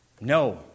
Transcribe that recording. No